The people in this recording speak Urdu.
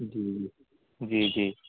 جی جی جی